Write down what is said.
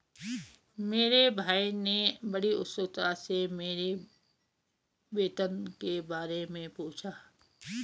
मेरे भाई ने बड़ी उत्सुकता से मेरी वेतन के बारे मे पूछा